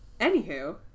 Anywho